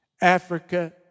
Africa